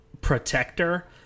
protector